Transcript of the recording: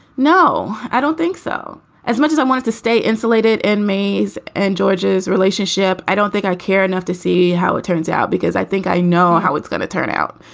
no, i don't think so. as much as i wanted to stay insulated and mays and georges relationship. i don't think i care enough to see how it turns out because i think i know how it's going to turn out.